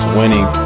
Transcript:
winning